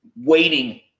waiting